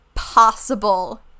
possible